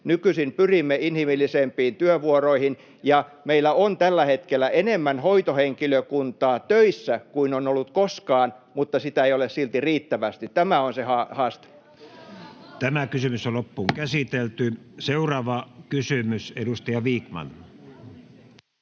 Nykyisin pyrimme inhimillisempiin työvuoroihin. Ja meillä on tällä hetkellä enemmän hoitohenkilökuntaa töissä kuin on ollut koskaan, mutta sitä ei ole silti riittävästi. Tämä on se haaste. [Speech 42] Speaker: Matti Vanhanen Party: N/A Role: chairman